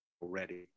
already